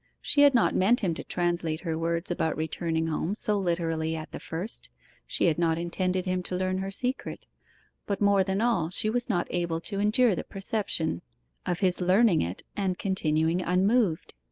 she had not meant him to translate her words about returning home so literally at the first she had not intended him to learn her secret but more than all she was not able to endure the perception of his learning it and continuing unmoved.